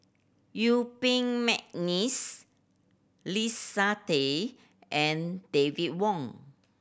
Yuen Peng McNeice Leslie Tay and David Wong